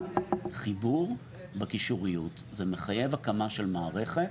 שמאפשרת חיבור בקישוריות, זה מחייב הקמה של מערכת,